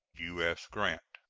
u s. grant.